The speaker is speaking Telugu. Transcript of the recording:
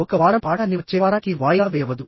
ఒక వారం పాఠాన్ని వచ్చే వారానికి వాయిదా వేయవద్దు